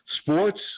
sports